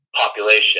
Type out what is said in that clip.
population